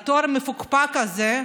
את התואר המפוקפק הזה,